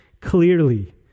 clearly